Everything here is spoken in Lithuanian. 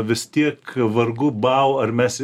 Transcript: vis tiek vargu bau ar mes